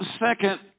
second